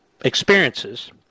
experiences